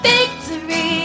Victory